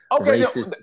Okay